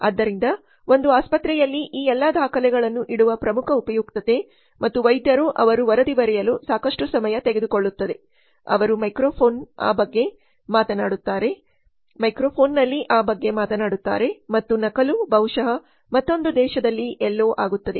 ಆದ್ದರಿಂದ ಒಂದು ಆಸ್ಪತ್ರೆಯಲ್ಲಿ ಈ ಎಲ್ಲಾ ದಾಖಲೆಗಳನ್ನು ಇಡುವ ಪ್ರಮುಖ ಉಪಯುಕ್ತತೆ ಮತ್ತು ವೈದ್ಯರು ಅವರು ವರದಿ ಬರೆಯಲು ಸಾಕಷ್ಟು ಸಮಯ ತೆಗೆದು ಕೊಳ್ಳುತ್ತದೆ ಅವರು ಮೈಕ್ರೊಫೋನ್ನಲ್ಲಿ ಆ ಬಗ್ಗೆ ಮಾತನಾಡುತ್ತಾರೆ ಮತ್ತು ನಕಲು ಬಹುಶಃ ಮತ್ತೊಂದು ದೇಶದಲ್ಲಿ ಎಲ್ಲೋ ಆಗುತ್ತದೆ